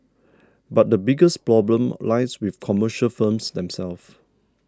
but the biggest problem lies with commercial firms themselves